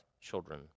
children